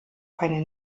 eine